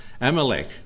Amalek